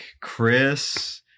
chris